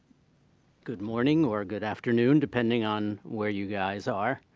good morning, or good afternoon, depending on where you guys are.